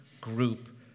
group